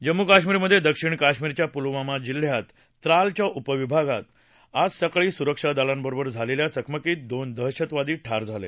जम्मू कश्मीरमधे दक्षिण काश्मिरच्या पुलवामा जिल्ह्यात त्रालच्या उपविभागात आज सकाळी सुरक्षा दलांबरोबर झालेल्या चकमकीत दोन दहशतवादी ठार झाले